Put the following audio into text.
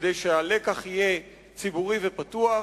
כדי שהלקח יהיה ציבורי ופתוח.